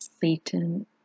Satan